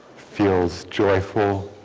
feels joyful